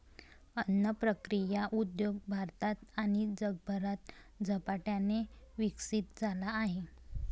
अन्न प्रक्रिया उद्योग भारतात आणि जगभरात झपाट्याने विकसित झाला आहे